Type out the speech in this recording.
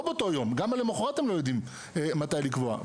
לא באותו יום, גם למחרת הם לא יודעים מתי לקבוע.